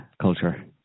culture